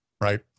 right